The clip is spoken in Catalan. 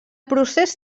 procés